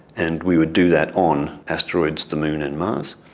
and we would do that on asteroids, the moon and mars.